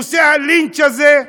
נושא הלינץ' הזה?